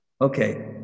okay